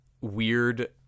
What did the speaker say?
weird